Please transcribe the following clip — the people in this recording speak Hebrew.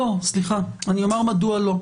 מדוע לא.